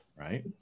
right